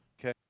Okay